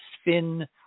spin